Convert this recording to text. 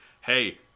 hey